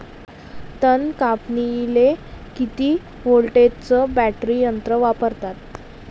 तन कापनीले किती व्होल्टचं बॅटरी यंत्र वापरतात?